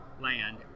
land